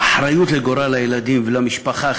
באחריות לגורל הילדים ולמשפחה,